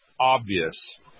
Obvious